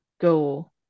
go